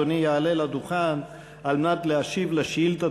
אדוני יעלה לדוכן על מנת להשיב על שאילתה